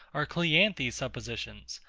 are cleanthes's suppositions,